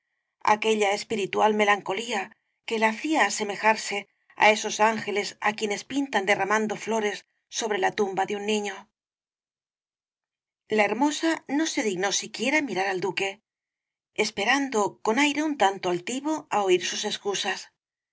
aquella espiritual melancolía que la hacía asemejarse á esos ángeles á quienes pintan derramando flores sobre la tumba de un niño el caballero de las botas azules la hermosa no se dignó siquiera mirar al duque esperando con aire un tanto altivo á oir sus excusas